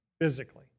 physically